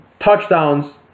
touchdowns